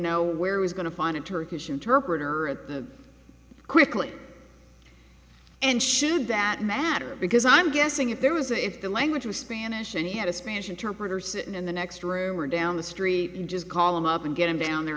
know where it was going to find a turkish interpreter at the quickly and should that matter because i'm guessing if there was if the language was spanish and he had a spanish interpreter sitting in the next room or down the street just call him up and get him down there